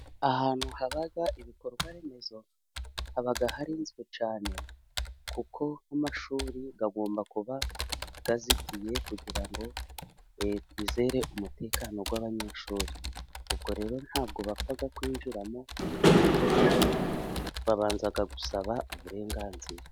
Ahantu haba ibikorwaremezo haba harinzwe cyane, kuko nk'amashuri agomba kuba azitiye kugira ngo twizere umutekano w'abanyeshuri ,ubwo rero ntabwo bapfa kuwinjiramo uko biboneye babanza gusaba uburenganzira.